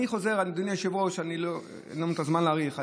אדוני היושב-ראש, אין לנו את הזמן להאריך.